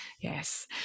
Yes